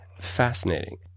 Fascinating